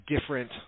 different